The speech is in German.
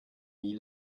nie